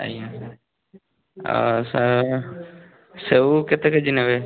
ଆଜ୍ଞା ଆ ସା ସେଉ କେତେ କେ ଜି ନେବେ